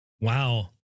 wow